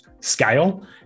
scale